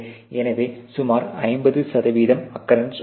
எனவே சுமார் 50 சதவீதம் அக்கரன்ஸ் உள்ளது